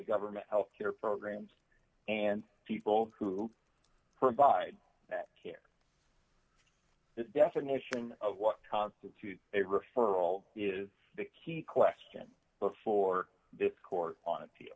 government health care programs and people who provide care the definition of what constitutes a referral is the key question before this court on a